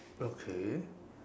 okay